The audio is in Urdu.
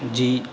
جی